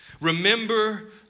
Remember